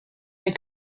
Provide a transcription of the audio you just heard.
œil